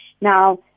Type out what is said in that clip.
Now